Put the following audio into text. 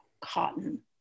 cotton